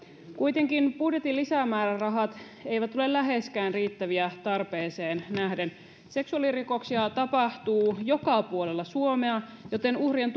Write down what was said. kuitenkaan budjetin lisämäärärahat eivät ole läheskään riittäviä tarpeeseen nähden seksuaalirikoksia tapahtuu joka puolella suomea joten myös uhrien